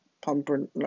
pumper